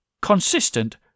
consistent